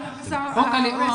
חוק הלאום